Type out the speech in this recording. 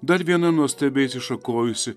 dar viena nuostabiai atsišakojusi